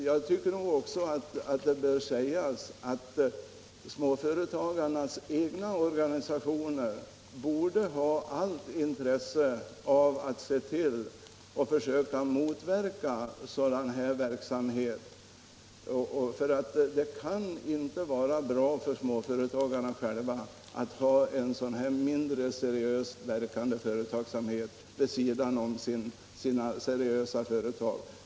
Jag vill också säga att småföretagarnas egna organisationer borde ha allt intresse av att försöka motverka sådan verksamhet. Det kan inte vara bra för småföretagarna själva att vid sidan om sina seriösa företag ha en sådan här mindre seriöst verkande företagsamhet.